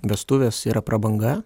vestuvės yra prabanga